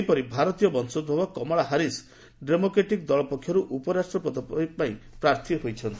ସେହିପରି ଭାରତୀୟ ବଂଶୋଭବ କମଲା ହାରିସ୍ ଡେମୋକ୍ରେଟିକ୍ ଦଳପକ୍ଷରୁ ଉପରାଷ୍ଟ୍ରପତି ପଦ ପାଇଁ ପ୍ରାର୍ଥୀ ହୋଇଛନ୍ତି